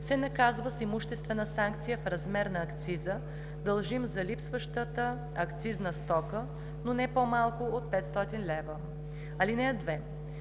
се наказва с имуществена санкция в размер на акциза, дължим за липсващата акцизна стока, но не по-малко от 500 лв. (2)